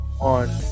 on